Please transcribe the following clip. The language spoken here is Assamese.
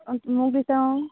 অঁ মোক দিছে অঁ